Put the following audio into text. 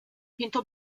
pintó